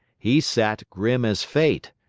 he sat grim as fate,